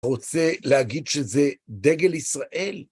רוצה להגיד שזה דגל ישראל?